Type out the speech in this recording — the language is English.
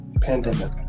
Pandemic